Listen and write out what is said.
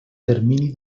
termini